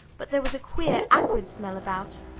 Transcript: but there was a queer, acrid smell about.